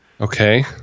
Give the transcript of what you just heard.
Okay